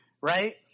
right